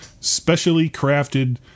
Specially-crafted